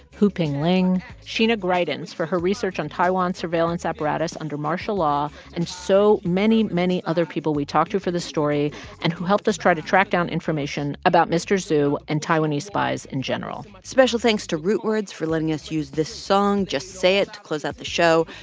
huping ling, sheena greitens for her research on taiwan's surveillance apparatus under martial law and so many, many other people we talked to for this story and who helped us try to track down information about mr. zhu and taiwanese spies in general special thanks to rootwords for lettings use this song, just say it, to close out the show,